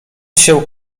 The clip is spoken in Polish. się